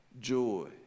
joy